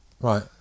Right